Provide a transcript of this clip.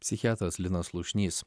psichiatras linas slušnys